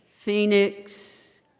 Phoenix